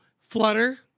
Flutter